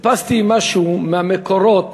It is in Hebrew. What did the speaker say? חיפשתי משהו מהמקורות